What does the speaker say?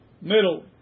middle